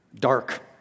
dark